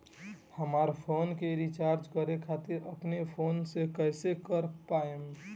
हमार फोन के रीचार्ज करे खातिर अपने फोन से कैसे कर पाएम?